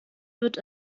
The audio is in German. wird